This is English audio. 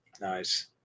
Nice